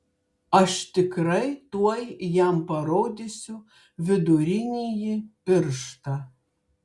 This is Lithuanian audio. aš tikrai tuoj jam parodysiu vidurinįjį pirštą